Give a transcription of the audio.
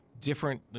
different